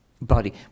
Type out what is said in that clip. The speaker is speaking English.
body